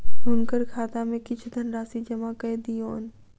हुनकर खाता में किछ धनराशि जमा कय दियौन